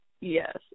Yes